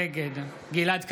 נגד גלעד קריב,